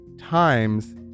times